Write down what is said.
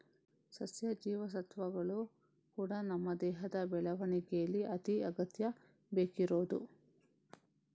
ಸಸ್ಯ ಜೀವಸತ್ವಗಳು ಕೂಡಾ ನಮ್ಮ ದೇಹದ ಬೆಳವಣಿಗೇಲಿ ಅತಿ ಅಗತ್ಯ ಬೇಕಿರುದು